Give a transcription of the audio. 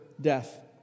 death